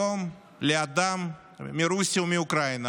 כיום, לאדם מרוסיה או מאוקראינה